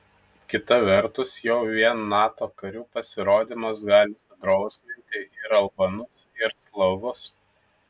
kita vertus jau vien nato karių pasirodymas gali sudrausminti ir albanus ir slavus